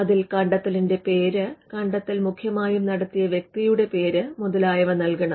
അതിൽ കണ്ടെത്തലിന്റെ പേര് കണ്ടെത്തൽ മുഖ്യമായും നടത്തിയ വ്യക്തിയുടെ പേര് മുതലായവ നൽകണം